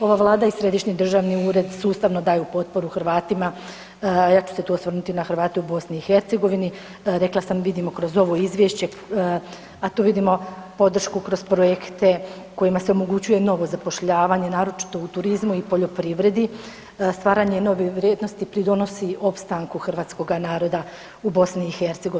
Ova Vlada i Središnji državni ured sustavno daju potporu Hrvatima, a ja ću se tu osvrnuti na Hrvate u BiH, rekla sam vidimo kroz ovo izvješće, a to vidimo podršku kroz projekte kojima se omogućuje novo zapošljavanje, naročito u turizmu i poljoprivredi, stvaranje nove vrijednosti pridonosi opstanku hrvatskoga naroda u BiH.